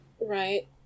right